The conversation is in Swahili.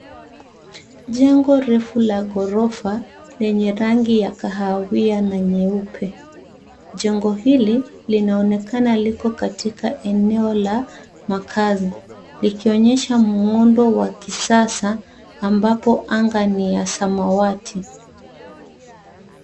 Jengo refu la ghorofa, lenye rangi ya kahawia na nyeupe. Jengo hili linaonekana liko katika eneo la makazi, likionyesha muundo wa kisasa ambapo anga ni ya samawati.